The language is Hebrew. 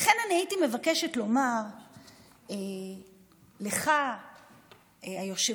לכן אני הייתי מבקשת לומר לך, היושב-ראש,